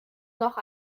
noch